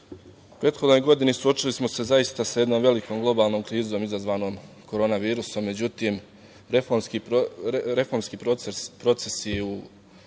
u prethodnoj godini smo se suočili zaista sa jednom velikom globalnom krizom izazvanom korona virusom, međutim, reformski procesi u prethodnom